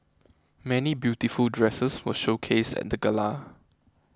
many beautiful dresses were showcased at the Gala